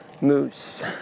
Moose